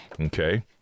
okay